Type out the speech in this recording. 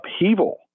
upheaval